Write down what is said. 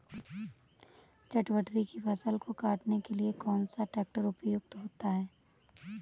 चटवटरी की फसल को काटने के लिए कौन सा ट्रैक्टर उपयुक्त होता है?